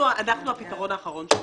אנחנו הפתרון האחרון שלהם.